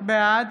בעד